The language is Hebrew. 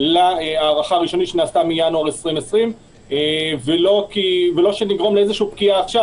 להארכה הראשונית שנעשתה מינואר 2020 ולא שנגרום לפקיעה עכשיו